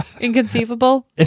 Inconceivable